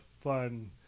fun